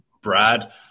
Brad